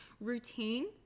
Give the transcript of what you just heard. routine